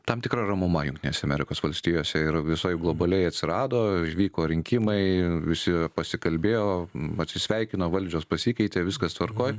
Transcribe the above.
tam tikra ramuma jungtinėse amerikos valstijose ir visoj globaliai atsirado ir vyko rinkimai visi pasikalbėjo atsisveikino valdžios pasikeitė viskas tvarkoj